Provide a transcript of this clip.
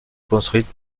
construite